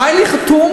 והיה לי הסכם חתום,